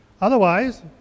otherwise